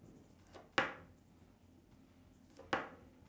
woman what woman woman I what what did I say I forgot woman